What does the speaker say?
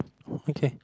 okay